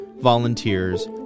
volunteers